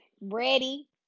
ready